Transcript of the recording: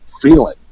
feeling